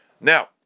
Now